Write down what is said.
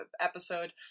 episode